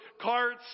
carts